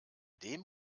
dem